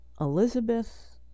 Elizabeth